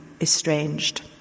estranged